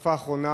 בתקופה האחרונה